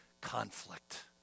conflict